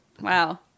Wow